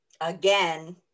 again